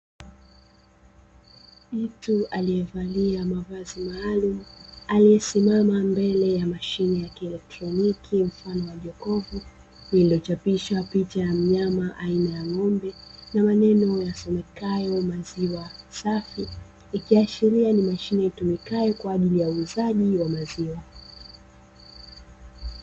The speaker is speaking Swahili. Mtu aliyevalia mavazi maalumu aliyesimama mbele ya mashine ya kielektroniki mfano wa jokofu, iliyochapishwa picha ya mnyama aina ya ng'ombe na maneno yasomekayo maziwa safi, ikiashiria ni mashine itumikayo kwa ajili ya uuzaji wa maziwa.